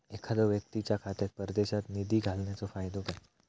एखादो व्यक्तीच्या खात्यात परदेशात निधी घालन्याचो फायदो काय?